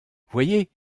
voyez